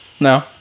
No